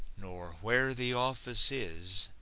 nor where the office is.